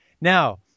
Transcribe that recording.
now